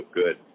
good